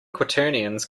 quaternions